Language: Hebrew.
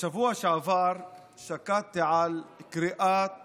בשבוע שעבר שקדתי על קריאת